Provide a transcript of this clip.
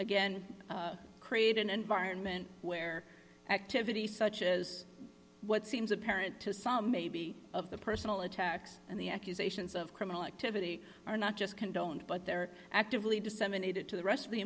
again create an environment where activity such as what seems apparent to some may be of the personal attacks and the accusations of criminal activity are not just condoned but they're actively disseminated to the rest of the